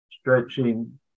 stretching